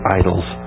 idols